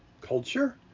culture